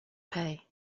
pay